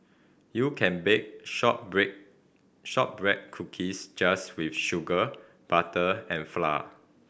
you can bake shortbread shortbread cookies just with sugar butter and flour